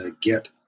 get